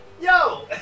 Yo